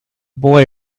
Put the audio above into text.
boy